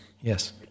Yes